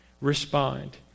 respond